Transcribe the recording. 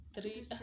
three